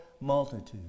multitude